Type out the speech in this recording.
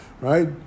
Right